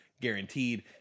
guaranteed